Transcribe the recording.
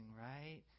right